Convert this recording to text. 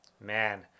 Man